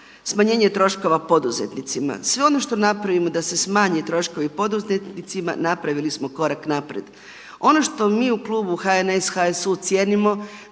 smanjenje troškova poduzetnicima. Sve ono što napravimo da se smanje troškovi poduzetnicima napravili smo korak naprijed. Ono što mi u klubu HNS, HSU cijenimo